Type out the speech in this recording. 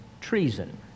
treason